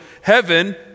heaven